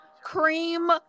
cream